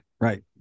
Right